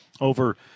over